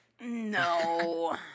no